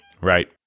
Right